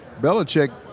Belichick